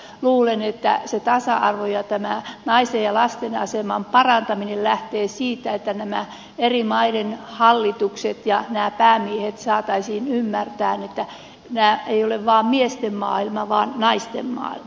luulen että se tasa arvo ja tämä naisten ja lasten aseman parantaminen lähtee siitä että nämä eri maiden hallitukset ja päämiehet saataisiin ymmärtämään että tämä ei ole vain miesten maailma vaan naisten maailma